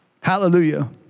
Hallelujah